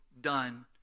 done